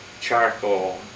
charcoal